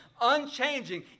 unchanging